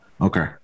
okay